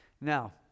Now